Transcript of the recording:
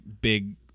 big